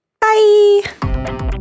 bye